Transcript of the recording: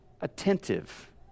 attentive